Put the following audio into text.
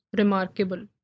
remarkable